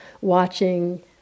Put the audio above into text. watching